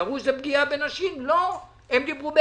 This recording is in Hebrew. אמרו שזה פגיעה בנשים אבל הן חתמו.